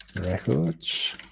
records